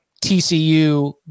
TCU